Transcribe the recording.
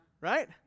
right